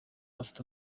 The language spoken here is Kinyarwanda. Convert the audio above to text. bafite